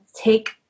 take